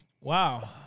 Wow